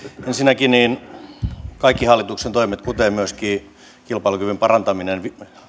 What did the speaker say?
ensinnäkin kaikki hallituksen toimet kuten myöskin kilpailukyvyn parantaminen